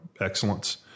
excellence